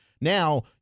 Now